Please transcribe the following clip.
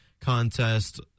contest